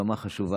זו במה חשובה,